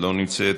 לא נמצאת.